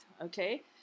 okay